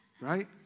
Right